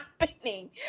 happening